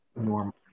normal